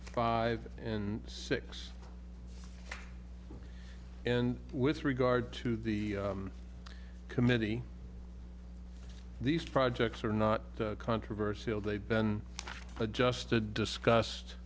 five and six and with regard to the committee these projects are not controversial they've been adjusted discussed